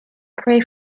pray